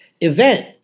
event